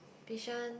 Bishan